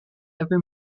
ever